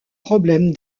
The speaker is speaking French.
problèmes